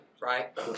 right